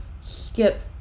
skip